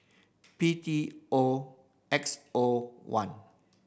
P T O X O one